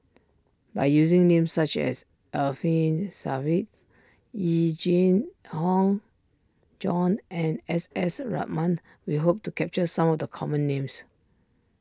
by using names such as Alfian Sa'At Yee Jenn hong Jong and S S Ratnam we hope to capture some of the common names